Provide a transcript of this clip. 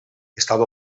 estava